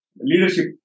Leadership